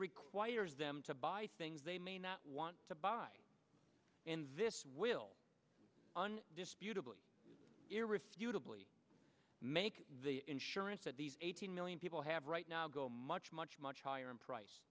requires them to buy things they may not want to buy in this will and disputable irrefutably make the insurance that these eighteen million people have right now go much much much higher in price